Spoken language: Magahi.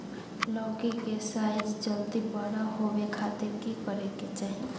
लौकी के साइज जल्दी बड़ा होबे खातिर की करे के चाही?